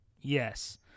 Yes